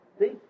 see